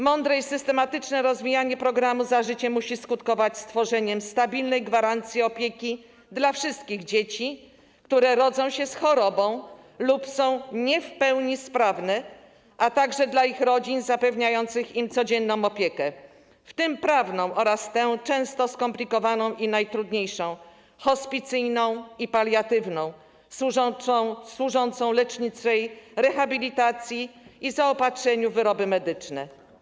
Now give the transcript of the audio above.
Mądre i systematyczne rozwijanie programu „Za życiem” musi skutkować stworzeniem stabilnej gwarancji opieki dla wszystkich dzieci, które rodzą się z chorobą lub są nie w pełni sprawne, a także dla ich rodzin zapewniających im codzienną opiekę, w tym prawną oraz tę często skomplikowaną i najtrudniejszą, hospicyjną i paliatywną, służącą leczniczej rehabilitacji i zaopatrzeniu w wyroby medyczne.